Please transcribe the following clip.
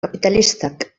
kapitalistak